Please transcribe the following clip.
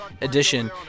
edition